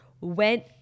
went